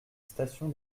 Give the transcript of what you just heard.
station